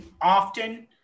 often